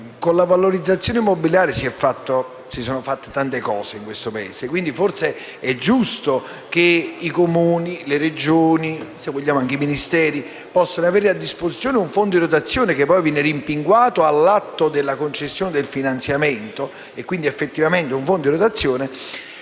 con la valorizzazione immobiliare si sono realizzate tante cose in questo Paese. Quindi, forse è giusto che i Comuni, le Regioni e anche i Ministeri possano avere a disposizione un fondo di rotazione che poi viene rimpinguato all'atto della concessione del finanziamento. Utilizzarlo anche per le valorizzazioni